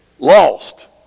Lost